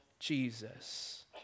Jesus